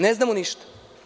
Ne znamo ništa.